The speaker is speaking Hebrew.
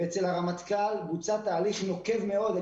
אצל הרמטכ"ל בוצע תהליך נוקב מאוד.